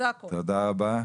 תודה רבה.